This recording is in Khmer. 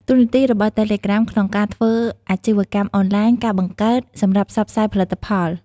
តួនាទីរបស់តេឡេក្រាមក្នុងការធ្វើអាជីវកម្មអនឡាញ ការបង្កើត សម្រាប់ផ្សព្វផ្សាយផលិតផល